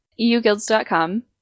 euguilds.com